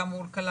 כמה הוא קלט,